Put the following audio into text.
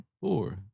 Four